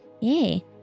Yay